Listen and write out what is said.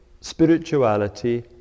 Spirituality